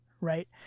right